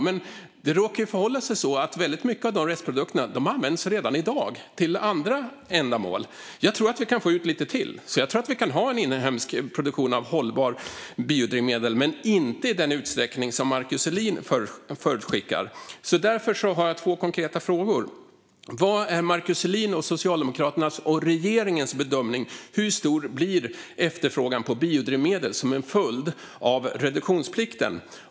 Men det råkar förhålla sig på det sättet att väldigt mycket av de restprodukterna redan används till andra ändamål. Jag tror att vi kan få ut lite till, och jag tror att vi kan ha en inhemsk produktion av hållbart biodrivmedel, men inte i den utsträckning som Markus Selin förutspår. Därför har jag två konkreta frågor: Vad är Markus Selins, Socialdemokraternas och regeringens bedömning av hur stor efterfrågan på biodrivmedel blir som en följd av reduktionsplikten?